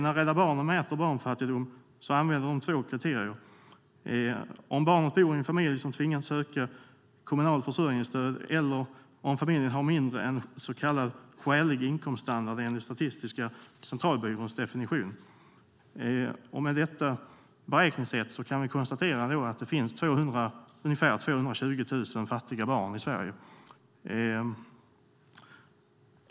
När Rädda Barnen mäter barnfattigdom använder de två kriterier: att barnet bor i en familj som tvingats söka kommunalt försörjningsstöd eller att familjen har mindre än så kallad skälig inkomststandard enligt Statistiska centralbyråns definition. Med detta beräkningssätt kan vi konstatera att det finns ungefär 220 000 fattiga barn i Sverige.